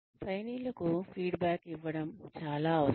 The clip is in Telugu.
ట్రైనీలకు ఫీడ్బ్యాక్ ఇవ్వడం చాలా అవసరం